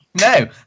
No